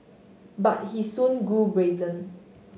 but he soon grew brazen